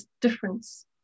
difference